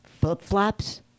flip-flops